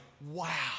wow